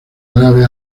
grave